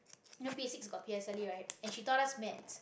you know basics got P_S_L_E right and she taught us maths